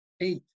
eight